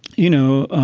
you know,